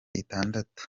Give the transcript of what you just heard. itandatu